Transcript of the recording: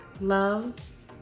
loves